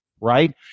Right